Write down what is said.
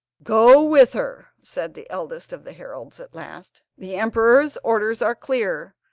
go with her said the eldest of the heralds at last. the emperor's orders are clear,